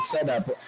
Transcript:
setup